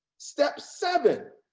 step seven,